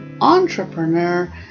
entrepreneur